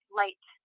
light